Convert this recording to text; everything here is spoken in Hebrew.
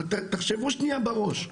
אבל תחשבו שניה בראש,